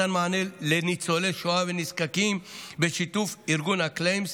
מתן מענה לניצולי שואה ונזקקים בשיתוף ארגון ה-claims,